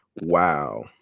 Wow